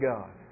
God